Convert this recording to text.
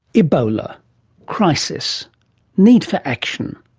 ebola crisis need for action.